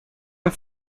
and